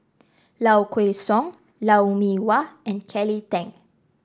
Low Kway Song Lou Mee Wah and Kelly Tang